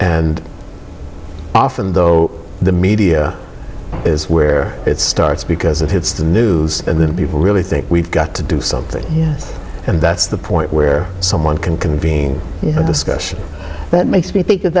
and often though the media is where it starts because it hits the news and then people really think we've got to do something and that's the point where someone can convene you know discussion that makes me think of